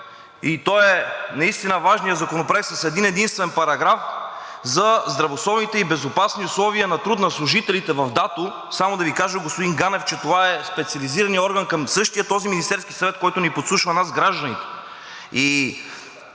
Той е наистина важният законопроект с един-единствен параграф – за здравословните и безопасни условия на труд на служителите в ДАТО. Господин Ганев, само да Ви кажа, че това е специализираният орган към същия този Министерски съвет, който ни подслушва нас гражданите.